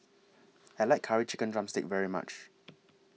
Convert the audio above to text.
I like Curry Chicken Drumstick very much